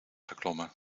geklommen